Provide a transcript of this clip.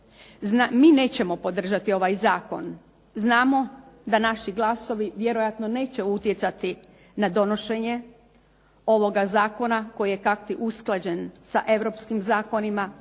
Mi nećemo podržati ovaj zakon. Znamo da naši glasovi vjerojatno neće utjecati na donošenje ovoga zakona koji je kao usklađen sa europskim zakonima